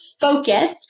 focus